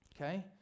okay